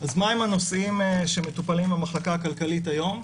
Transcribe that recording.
מה הם הנושאים שמטופלים במחלקה הכלכלית היום?